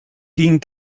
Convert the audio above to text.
ging